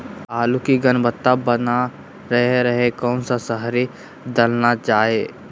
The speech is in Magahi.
आलू की गुनबता बना रहे रहे कौन सा शहरी दलना चाये?